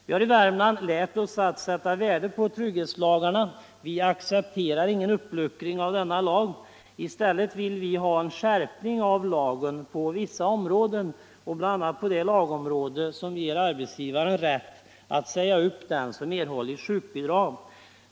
Vi har i Värmland lärt oss att sätta värde på trygghetslagen. Vi aceepterar ingen uppluckring av denna lag. I stället vill vi ha en skärpning av lagen på vissa områden, bl.a. på det lagområde som per arbetsgivaren rätt att säga upp den som erhållit sjukbidrag.